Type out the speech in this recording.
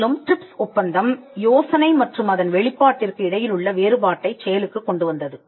மேலும் டிரிப்ஸ் ஒப்பந்தம் யோசனை மற்றும் அதன் வெளிப்பாட்டிற்கு இடையிலுள்ள வேறுபாட்டைச் செயலுக்குக் கொண்டு வந்தது